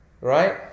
right